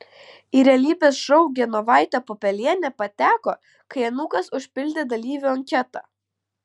į realybės šou genovaitė pupelienė pateko kai anūkas užpildė dalyvių anketą